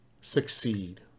succeed